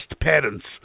parents